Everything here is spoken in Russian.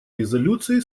резолюции